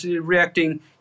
reacting